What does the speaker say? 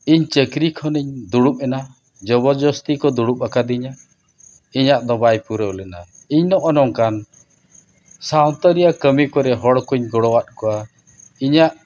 ᱤᱧ ᱪᱟᱹᱠᱨᱤ ᱠᱷᱚᱱᱤᱧ ᱫᱩᱲᱩᱵ ᱮᱱᱟ ᱡᱚᱵᱚᱨ ᱡᱚᱥᱛᱤ ᱠᱚ ᱫᱩᱲᱩᱵ ᱟᱠᱟᱫᱤᱧᱟ ᱤᱧᱟᱹᱜ ᱫᱚ ᱵᱟᱭ ᱯᱩᱨᱟᱹᱣ ᱞᱮᱱᱟ ᱤᱧ ᱫᱚ ᱱᱚᱜᱼᱚᱭ ᱱᱚᱝᱠᱟᱱ ᱥᱟᱶᱛᱟ ᱨᱮᱭᱟᱜ ᱠᱟᱹᱢᱤ ᱠᱚᱨᱮᱫ ᱦᱚᱲ ᱠᱚᱧ ᱜᱚᱲᱚᱣᱟᱫ ᱠᱚᱣᱟ ᱤᱧᱟᱹᱜ